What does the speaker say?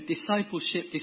discipleship